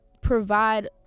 provide